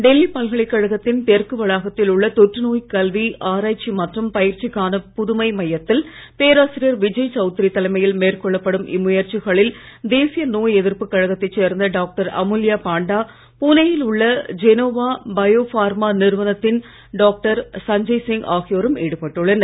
டெல்லி பல்கலைக்கழகத்தின் தெற்கு வளாகத்தில் உள்ள தொற்று நோய்க் கல்வி ஆராய்ச்சி மற்றும் பயிற்சிக்கான புதுமை மையத்தில் பேராசிரியர் விஜய் சவுத்ரி தலைமையில் மேற்கொள்ளப்படும் இம்முயற்சிகளில் தேசிய நோய் எதிர்ப்பு கழகத்தை சேர்ந்த டாக்டர் அமுல்யா பாண்டா புனேயில் உள்ள ஜெனோவா பயோஃபார்மா நிறுவனத்தின் டாக்டர் சஞ்சய் சிங் ஆகியோரும் ஈடுபட்டுள்ளனர்